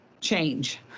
Change